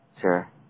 Sure